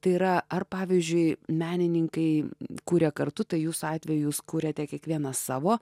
tai yra ar pavyzdžiui menininkai kuria kartu tai jūsų atveju jūs kuriate kiekvienas savo